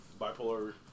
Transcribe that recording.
bipolar